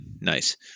Nice